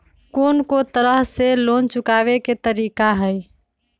कोन को तरह से लोन चुकावे के तरीका हई?